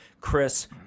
chris